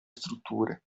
strutture